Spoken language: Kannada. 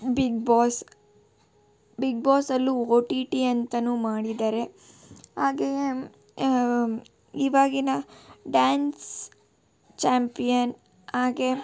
ಬಿಗ್ಬಾಸ್ ಬಿಗ್ಬಾಸಲ್ಲು ಒ ಟಿ ಟಿ ಅಂತಲೂ ಮಾಡಿದ್ದಾರೆ ಹಾಗೆಯೇ ಇವಾಗಿನ ಡ್ಯಾನ್ಸ್ ಚಾಂಪಿಯನ್ ಹಾಗೆ